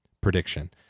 Prediction